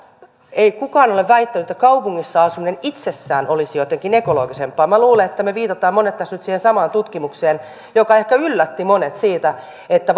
ei ole väittänyt että kaupungissa asuminen itsessään olisi jotenkin ekologisempaa minä luulen että meistä monet viittaavat tässä nyt siihen samaan tutkimukseen joka ehkä yllätti monet siitä että